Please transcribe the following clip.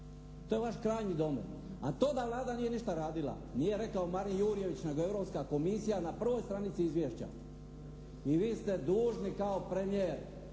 to je vaš krajnji domet. A to da Vlada nije ništa radila, nije rekao Marin Jurjević nego Europska komisija na prvoj stranici izvješća i vi ste dužni kao premijer